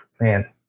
man